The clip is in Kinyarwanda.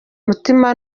mutima